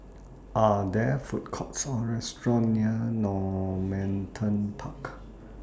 Are There Food Courts Or restaurants near Normanton Park